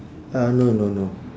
uh no no no